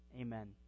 Amen